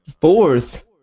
Fourth